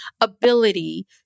ability